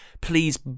please